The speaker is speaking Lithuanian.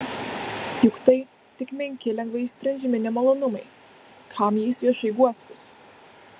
juk tai tik menki lengvai išsprendžiami nemalonumai kam jais viešai guostis